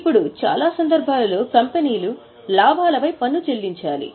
ఇప్పుడు చాలా సందర్భాలలో కంపెనీలు లాభాలపై పన్ను చెల్లించాలి